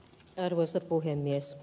arvoisa puhemies